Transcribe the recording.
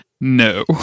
no